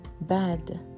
bad